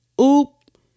oop